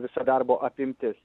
visa darbo apimtis